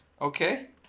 Okay